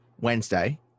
Wednesday